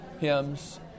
hymns